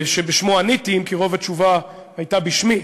שבשמו עניתי, אם כי רוב התשובה הייתה בשמי,